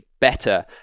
better